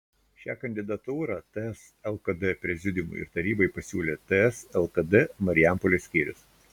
šią kandidatūrą ts lkd prezidiumui ir tarybai pasiūlė ts lkd marijampolės skyrius